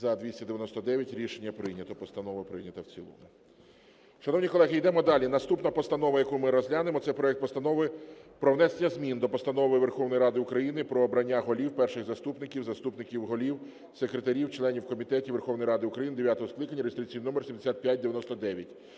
За-299 Рішення прийнято. Постанова прийнята в цілому. Шановні колеги, йдемо далі. Наступна постанова, яку ми розглянемо, - це проект Постанови про внесення змін до Постанови Верховної Ради України "Про обрання голів, перших заступників, заступників голів, секретарів, членів комітетів Верховної Ради України дев’ятого скликання" (реєстраційний номер 7599).